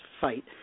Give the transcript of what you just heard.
fight